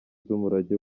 z’umurage